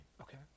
Okay